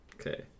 Okay